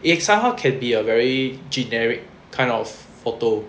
it somehow can be a very generic kind of photo